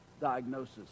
diagnosis